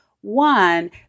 One